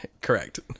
correct